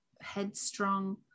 headstrong